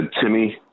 Timmy